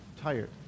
tired